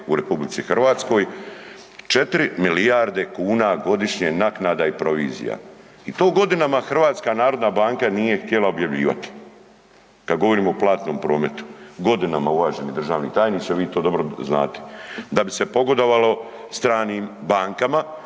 u RH. 4 milijarde kuna godišnje naknada i provizija i to godinama HNB nije htjela objavljivati, kada govorimo o platnom prometu godinama, uvaženi državni tajniče vi to dobro znate da bi se pogodovalo stranim bankama.